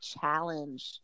challenge